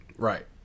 Right